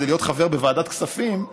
כדי להיות חבר בוועדת הכספים,